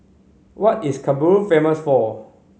what is Kabul famous for